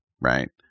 Right